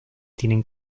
tienen